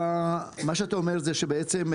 אתה, מה שאתה אומר זה שבעצם,